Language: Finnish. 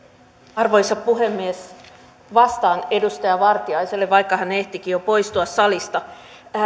arvoisa puhemies vastaan edustaja vartiaiselle vaikka hän ehtikin jo poistua salista